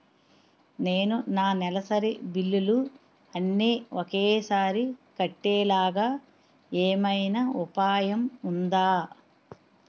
నేను నా నెలసరి బిల్లులు అన్ని ఒకేసారి కట్టేలాగా ఏమైనా ఉపాయం ఉందా?